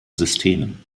systemen